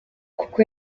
kuko